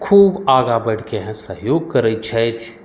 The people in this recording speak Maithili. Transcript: खूब आगाँ बढ़िकेँ सहयोग करैत छथि